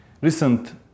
recent